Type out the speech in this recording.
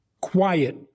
Quiet